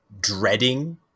dreading